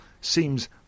seems